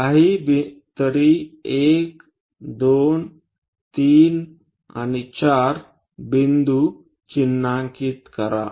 काहीतरी 1 2 3 आणि 4 बिंदू चिन्हांकित करा